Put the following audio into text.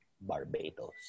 Barbados